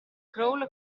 crawl